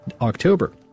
October